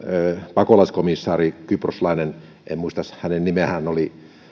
pakolaiskomissaari kyproslainen en muista hänen nimeään hänellä oli